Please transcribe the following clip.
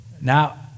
Now